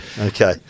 okay